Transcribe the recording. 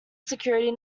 security